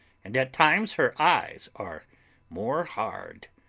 and at times her eyes are more hard.